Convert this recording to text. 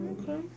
okay